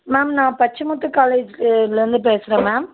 ma'am நான் Pachamuthu college லேருந்து பேசுகிறேன் மேம்